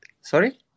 Sorry